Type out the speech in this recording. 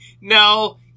no